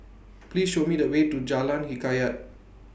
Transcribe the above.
Please Show Me The Way to Jalan Hikayat